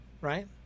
Right